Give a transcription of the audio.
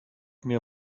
mir